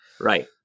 Right